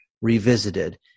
Revisited